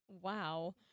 Wow